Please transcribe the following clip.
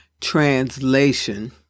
translation